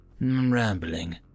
rambling